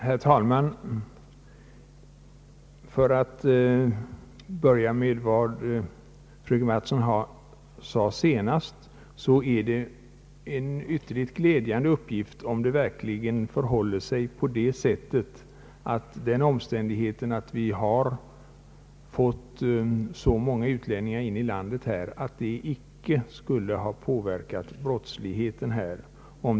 Herr talman! För att börja med vad fröken Mattson slutade med vill jag framhålla att jag finner det glädjande, om det verkligen förhåller sig så, att den omständigheten att vi har fått en stor mängd utlänningar in i landet icke har påverkat brottsligheten här.